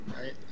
right